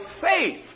faith